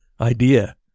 idea